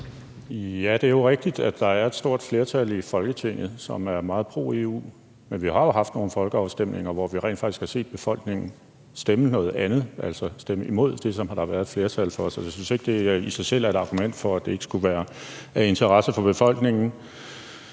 Det er jo rigtigt, at der er et stort flertal i Folketinget, som er meget pro-EU, men vi har jo haft nogle folkeafstemninger, hvor vi rent faktisk har set befolkningen stemme noget andet, altså stemme imod det, som der har været et flertal for. Så jeg synes ikke, det i sig selv er et argument for, at det ikke skulle være af interesse for befolkningen.